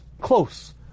close